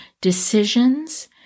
decisions